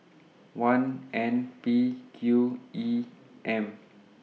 one N P Q E M